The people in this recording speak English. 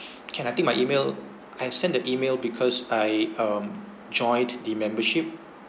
can I think my email I have sent the email because I um joined the membership